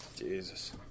Jesus